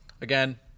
again